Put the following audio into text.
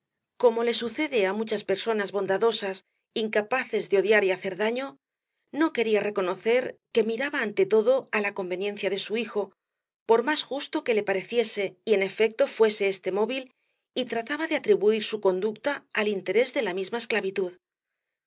como les sucede á muchas personas bondadosas incapaces de odiar y hacer daño no quería reconocer que miraba ante todo á la conveniencia de su hijo por más justo que le pareciese y en efecto fuese este móvil y trataba de atribuir su conducta al interés de la misma esclavitud